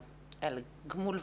גמול,